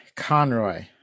conroy